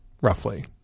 roughly